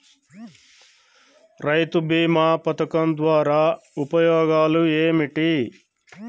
రైతు బీమా పథకం ద్వారా ఉపయోగాలు ఏమిటి?